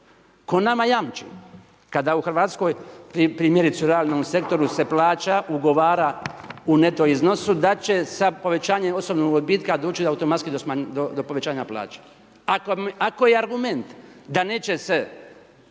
Tko nama jamči kada u Hrvatskoj, primjerice u realnom sektoru se plaća, ugovara u neto iznosu da će sa povećanjem osobnog odbitka, doći do automatski do povećanje plaća. Ako je argument da neće se